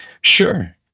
Sure